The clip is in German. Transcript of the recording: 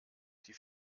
die